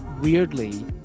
weirdly